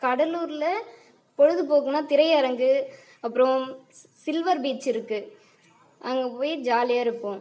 கடலூரில் பொழுதுபோக்குனா திரையரங்கு அப்புறோம் சி சில்வர் பீச் இருக்குது அங்கே போய் ஜாலியாக இருப்போம்